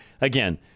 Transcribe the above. again